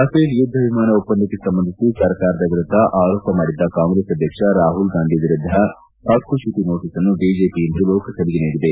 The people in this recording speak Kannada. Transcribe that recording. ರಫೇಲ್ ಯುದ್ಧ ವಿಮಾನ ಒಪ್ಪಂದಕ್ಕೆ ಸಂಬಂಧಿಸಿ ಸರ್ಕಾರದ ವಿರುದ್ಧ ಆರೋಪ ಮಾಡಿದ್ದ ಕಾಂಗ್ರೆಸ್ ಅಧ್ವಕ್ಷ ರಾಹುಲ್ ಗಾಂಧಿ ವಿರುದ್ದ ಹಕ್ಕುಚ್ಕುತಿ ನೋಟಸನ್ನು ಬಿಜೆಪಿ ಇಂದು ಲೋಕಸಭೆಗೆ ನೀಡಿದೆ